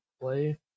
play